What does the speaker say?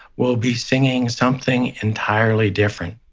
will be singing something entirely different